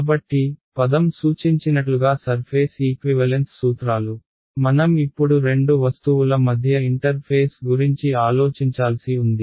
కాబట్టి పదం సూచించినట్లుగా సర్ఫేస్ ఈక్వివలెన్స్ సూత్రాలు మనం ఇప్పుడు రెండు వస్తువుల మధ్య ఇంటర్ఫేస్ గురించి ఆలోచించాల్సి ఉంది